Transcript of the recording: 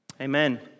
Amen